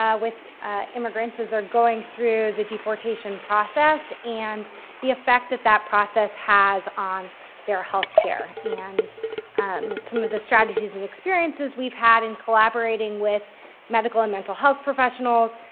ah immigrants as they're going through the deportation process, and the effect that that process has on their health care, and um some of the strategies and experiences we've had in collaborating with medical and mental health professionals,